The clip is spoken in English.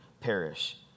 perish